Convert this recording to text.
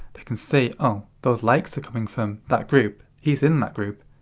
they can see, oh those likes are coming from that group, he's in that group,